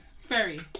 fairy